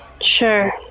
Sure